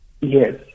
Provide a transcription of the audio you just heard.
Yes